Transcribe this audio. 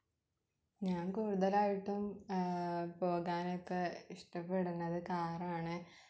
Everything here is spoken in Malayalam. ഞാൻ കൂട്തലായിട്ടും പോകാനൊക്കെ ഇഷ്ടപ്പെടുന്നത് കാറാണ്